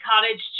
cottage